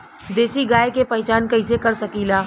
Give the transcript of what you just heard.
देशी गाय के पहचान कइसे कर सकीला?